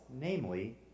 namely